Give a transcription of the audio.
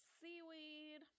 seaweed